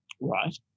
Right